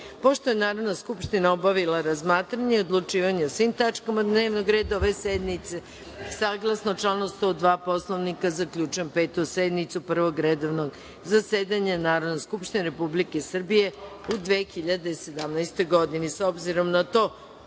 je Narodna skupština obavila razmatranje i odlučivanje o svim tačkama dnevnog reda ove sednice, saglasno članu 102. Poslovnika, zaključujem Petu sednicu Prvog redovnog zasedanja Narodne skupštine Republike Srbije u 2017. godini.S